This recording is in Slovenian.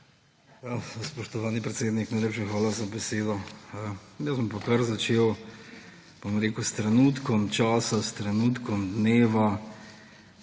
Spoštovani predsednik, najlepša hvala za besedo. Pa bom kar začel, bom rekel, s trenutkom časa, s trenutkom dneva